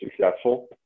successful